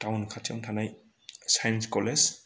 town खाथियाव थानाय science college